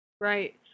Right